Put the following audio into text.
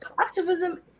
activism